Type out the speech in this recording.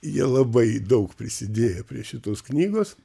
jie labai daug prisidėjo prie šitos knygos